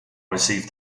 received